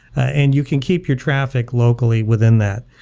and you can keep your traffic locally within that.